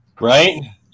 right